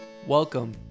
Welcome